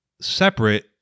separate